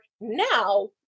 now